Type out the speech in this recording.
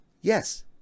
Yes